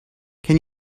can